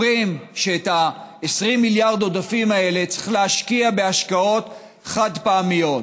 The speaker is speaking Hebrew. אומרים שאת 20 מיליארד העודפים האלה צריך להשקיע בהשקעות חד-פעמיות,